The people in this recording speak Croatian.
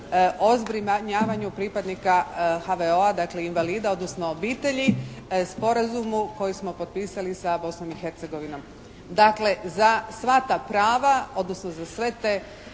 o zbrinjavanju pripadnika HVO-a dakle, invalida odnosno obitelji, sporazumu koji smo potpisali sa Bosnom i Hercegovinom. Dakle, za sva ta prava odnosno za sve te